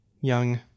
Young